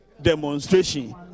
demonstration